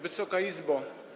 Wysoka Izbo!